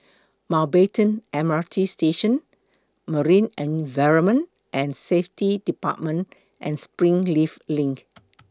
Mountbatten M R T Station Marine Environment and Safety department and Springleaf LINK